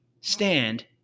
stand